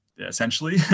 essentially